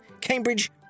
Cambridge